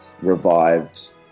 revived